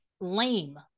lame